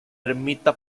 ermita